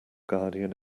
guardian